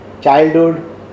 childhood